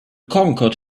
conquered